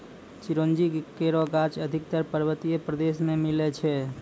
चिरौंजी केरो गाछ अधिकतर पर्वतीय प्रदेश म मिलै छै